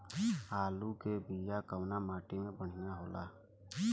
आलू के बिया कवना माटी मे बढ़ियां होला?